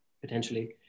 potentially